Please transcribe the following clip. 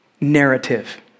narrative